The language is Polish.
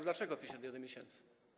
Dlaczego 51 miesięcy?